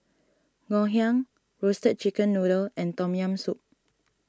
Ngoh Hiang Roasted Chicken Noodle and Tom Yam Soup